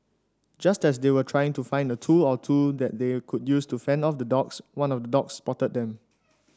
just as they were trying to find a tool or two that they could use to fend off the dogs one of the dogs spotted them